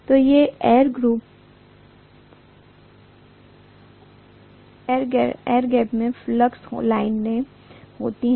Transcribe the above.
तो ये air gap में फ्लक्स लाइनें होती हैं